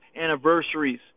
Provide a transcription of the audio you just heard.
anniversaries